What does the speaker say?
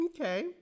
Okay